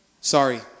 Sorry